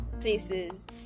places